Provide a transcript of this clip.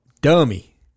Dummy